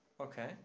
Okay